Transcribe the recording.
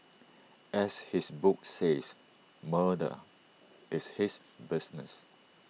as his book says murder is his business